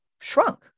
shrunk